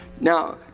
Now